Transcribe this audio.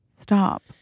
Stop